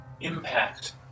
Impact